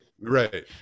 Right